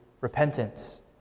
repentance